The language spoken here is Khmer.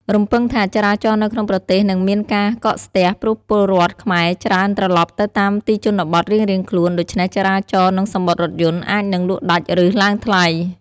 រំពឹងថាចរាចរណ៍នៅក្នុងប្រទេសនឹងមានការកកស្ទះ ព្រោះពលរដ្ឋខ្មែរច្រើនត្រឡប់ទៅតាមទីជនបទរៀងៗខ្លួន ដូច្នេះចរាចរណ៍ និងសំបុត្ររថយន្តអាចនឹងលក់ដាច់ ឬ ឡើងថ្លៃ។